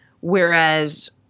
whereas